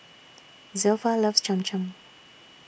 Zilpha loves Cham Cham